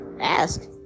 ask